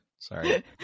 Sorry